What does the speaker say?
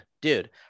dude